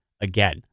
again